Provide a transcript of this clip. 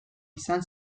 izan